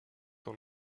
dans